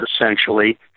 essentially